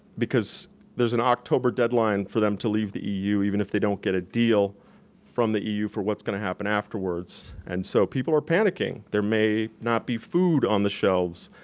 because there's an october deadline for them to leave the eu, even if they don't get a deal from the eu for what's gonna happen afterwards, and so people are panicking. there may not be food on the shelves,